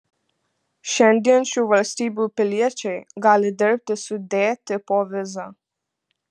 šiandien šių valstybių piliečiai gali dirbti su d tipo viza